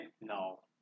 No